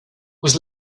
was